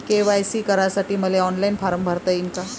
KYC करासाठी मले online form भरता येईन का?